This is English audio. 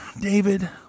David